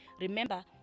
remember